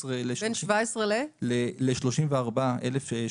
סכום הקנס בין 17 ל-34 אלף שקלים.